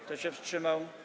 Kto się wstrzymał?